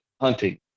hunting